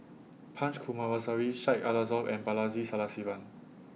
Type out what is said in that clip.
Punch Coomaraswamy Syed Alsagoff and Balaji Sadasivan